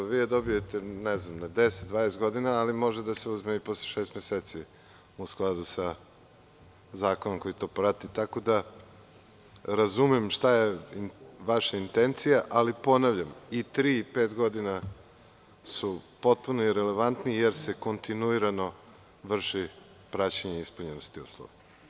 Vi je dobijete na 10, 20 godina, ali može da se uzme i posle šest meseci u skladu sa zakonom koji to prati, tako da razumem šta je vaša intencija, ali, ponavljam, i tri i pet godina su potpuno irelevantni jer se kontinuirano vrši praćenje ispunjenosti uslova.